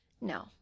No